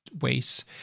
ways